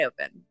open